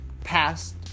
past